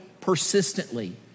persistently